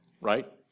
right